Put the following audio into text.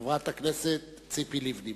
חברת הכנסת ציפי לבני.